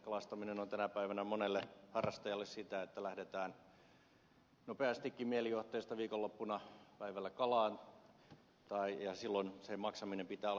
kalastaminen on tänä päivänä monelle harrastajalle sitä että lähdetään nopeastikin mielijohteesta viikonloppuna päivällä kalaan ja silloin kalastusmaksun maksamisen pitää olla helppoa